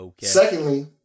Secondly